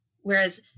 Whereas